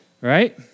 right